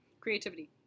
creativity